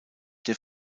der